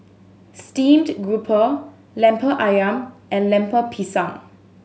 steamed grouper Lemper Ayam and Lemper Pisang